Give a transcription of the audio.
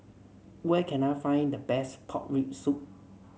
where can I find the best Pork Rib Soup